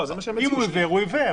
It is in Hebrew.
אם הוא עיוור, הוא עיוור.